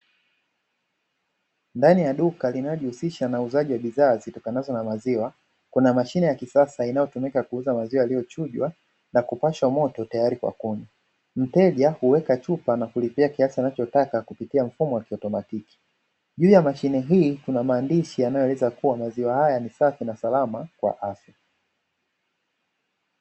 Ndani ya duka linalojihusisha na uuzaji wa bidhaa zitokanazo na maziwa, kuna mashine ya kisasa inayotumika kuuza maziwa yaliyochujwa na kupashwa moto tayari kwa kunywa. Mteja huweka chupa na kulipia kiasi anachotaka kupitia mfumo wa kiautomatiki. Juu ya mashine hii kuna maandishi yanayoeleza kuwa maziwa haya ni salama kwa afya.